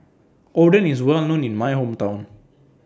Oden IS Well known in My Hometown